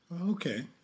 Okay